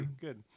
good